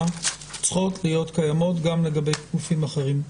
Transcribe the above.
צריכות להיות קיימות גם לגבי גופים אחרים.